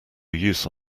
use